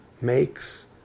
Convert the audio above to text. makes